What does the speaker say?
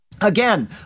Again